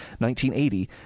1980